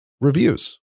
reviews